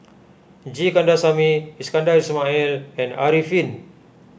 G Kandasamy Iskandar Ismail and Arifin